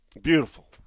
Beautiful